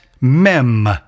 Mem